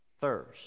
thirst